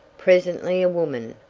presently a woman,